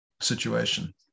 situation